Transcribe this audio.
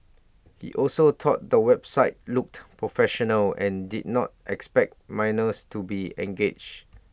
he also thought the website looked professional and did not expect minors to be engaged